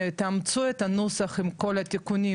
תאמצו את הנוסח עם כל התיקונים,